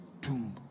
tomb